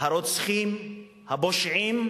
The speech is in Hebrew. הרוצחים, הפושעים,